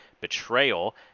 Betrayal